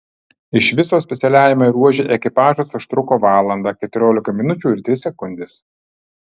iš viso specialiajame ruože ekipažas užtruko valandą keturiolika minučių ir tris sekundes